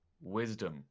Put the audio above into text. Wisdom